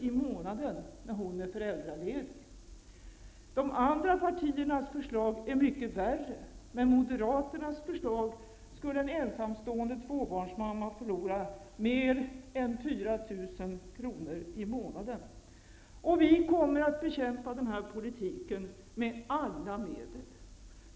i månaden när hon är föräldraledig. De andra partiernas förslag är mycket värre. Med moderaternas förslag skulle en ensamstående tvåbarnsmamma förlora mer än 4 000 kr. i månaden. Vi kommer att bekämpa denna politik med alla medel.